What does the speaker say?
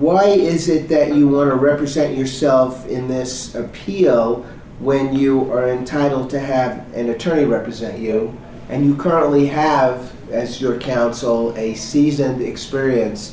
why is it that you were representing yourself in this appeal when you are entitled to have an attorney represent you and you currently have as your counsel a seasoned experience